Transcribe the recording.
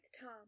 Tom